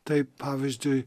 tai pavyzdžiui